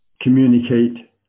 communicate